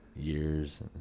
years